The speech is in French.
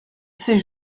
c’est